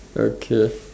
okay